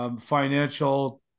financial